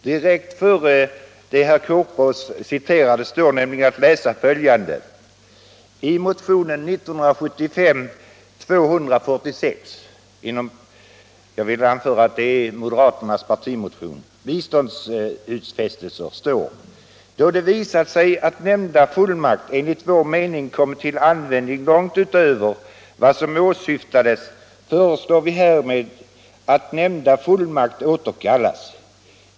Direkt före det herr Korpås citerade står nämligen att läsa följande: ”I motionen 246” — jag vill anföra att det är moderaternas partimotion —- ”under rubriken ”Biståndsutfästelser” står”: ”Då det visat sig att nämnda fullmakt enligt vår mening kommit till användning långt utöver vad som åsyftades, föreslår vi härmed att nämnda fullmakt återkallas.